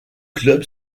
club